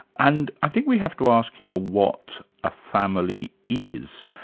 and i think we have to ask here what a family is,